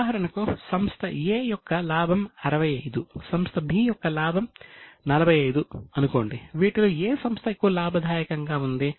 ఉదాహరణకు సంస్థ A యొక్క లాభం 65 సంస్థ B లాభం 45 అనుకోండి వీటిలో ఏ సంస్థ ఎక్కువ లాభదాయకంగా ఉంది